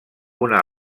una